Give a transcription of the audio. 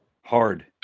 Hard